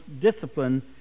discipline